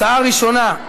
הצעה ראשונה,